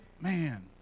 man